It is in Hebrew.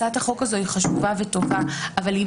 הצעת החוק הזו היא חשובה וטובה אבל אם